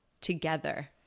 together